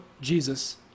Jesus